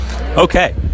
Okay